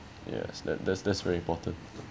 yes that that's very important